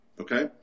Okay